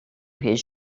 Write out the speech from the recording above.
his